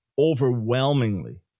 overwhelmingly